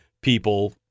people